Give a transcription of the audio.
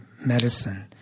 medicine